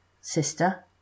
Sister